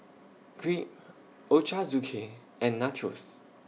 Crepe Ochazuke and Nachos